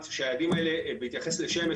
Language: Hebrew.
שהיעדים האלה בהתייחס לשמש,